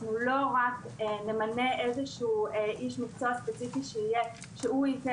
אנחנו לא רק נמנה איזשהו איש מקצוע ספציפי שייתן